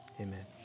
amen